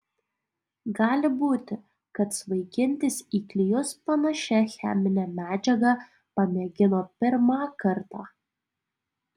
gali būti kad svaigintis į klijus panašia chemine medžiaga pamėgino pirmą kartą